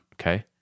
Okay